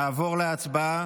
נעבור להצבעה.